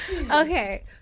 Okay